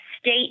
state